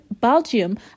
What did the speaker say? Belgium